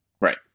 Right